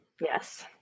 Yes